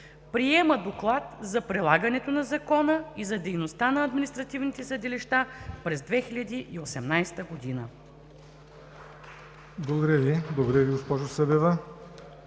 обсъди Доклад за прилагането на закона и за дейността на административните съдилища през 2018 г.,